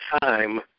time